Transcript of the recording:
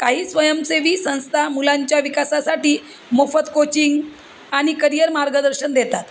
काही स्वयंसेवी संस्था मुलांच्या विकासासाठी मोफत कोचिंग आणि करियर मार्गदर्शन देतात